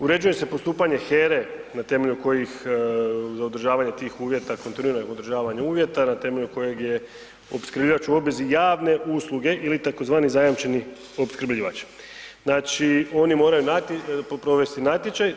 Uređuje se postupanje HERA-e na temelju kojih održavanju tih uvjeta, kontinuiranog održavanja uvjeta na temelju kojeg je opskrbljivač u obvezi javne usluge ili tzv. zajamčeni opskrbljivač, znači oni moraju provesti natječaj.